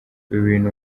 ibintu